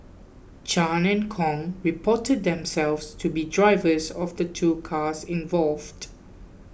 Chan and Kong reported themselves to be drivers of the two cars involved